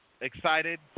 excited